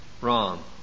Wrong